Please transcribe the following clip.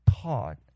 taught